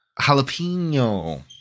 Jalapeno